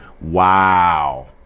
Wow